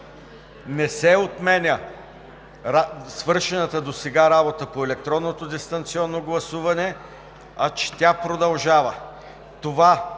не се отменя свършената досега работа по електронното дистанционно гласуване, а че тя продължава.